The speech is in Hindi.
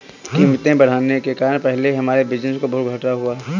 कीमतें बढ़ने के कारण पहले ही हमारे बिज़नेस को बहुत घाटा हुआ है